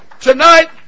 tonight